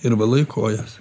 ir valai kojas